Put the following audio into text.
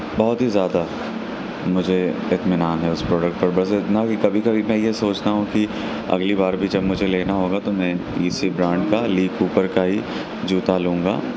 بہت ہی زیادہ مجھے اطمینان ہے اس پروڈکٹ پر بس اتنا کہ کبھی کبھی میں یہ سوچتا ہوں کہ اگلی بار بھی جب مجھے لینا ہوگا تو میں اسی برانڈ کا لی کوپر کا ہی جوتا لوں گا